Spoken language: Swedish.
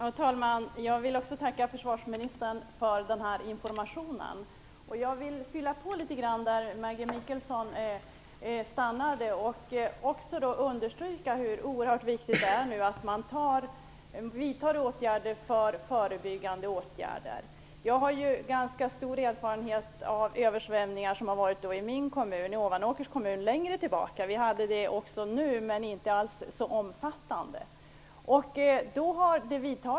Herr talman! Jag vill också tacka försvarsministern för den här informationen. Jag vill fortsätta där Maggi Mikaelsson stannade och understryka hur viktigt det nu är att man vidtar åtgärder för att förebygga. Jag har ganska stor erfarenhet av översvämningar som längre tillbaka i tiden har inträffat i min kommun, Ovanåker. Vi hade översvämningar också nu, men inte alls så omfattande.